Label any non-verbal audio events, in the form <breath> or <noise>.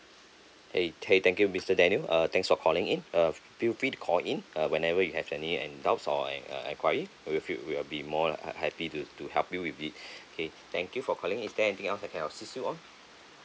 !hey! !hey! thank you mister daniel uh thanks for calling in uh feel free to call in uh whenever you have any any doubts or an uh enquiry with you we'll be more ha~ happy to to help you with it <breath> okay thank you for calling is there anything else I can assist you on